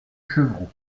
chevroux